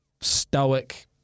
stoic